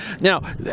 Now